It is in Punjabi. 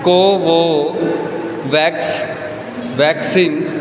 Covovax vaccine